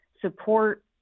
support